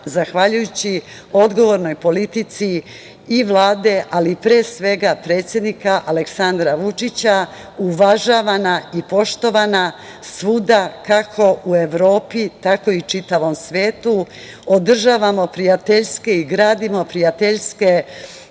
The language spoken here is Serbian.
zahvaljujući odgovornoj politici i Vlade, ali pre svega predsednika Aleksandra Vučića, uvažavana i poštovana svuda, kako u Evropi, tako i u čitavom svetu. Održavamo prijateljske i gradimo prijateljske